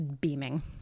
beaming